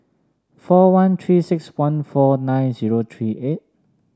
four one Three six one four nine zero three eight